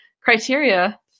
criteria